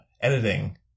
editing